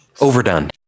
Overdone